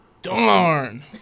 darn